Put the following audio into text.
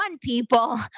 people